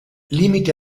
limiti